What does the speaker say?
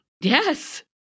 Yes